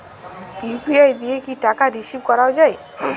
UPI দিয়ে কি টাকা রিসিভ করাও য়ায়?